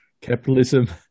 capitalism